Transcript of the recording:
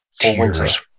Tears